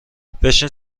بشین